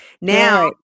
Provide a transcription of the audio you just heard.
Now